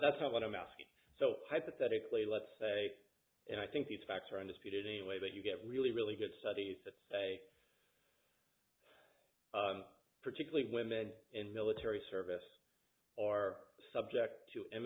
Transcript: that's what i'm asking so hypothetically let's say and i think these facts are undisputed anyway but you get really really good studies that say particularly women in military service or subject to m